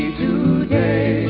today